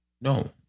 No